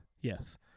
Yes